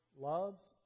loves